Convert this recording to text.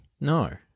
no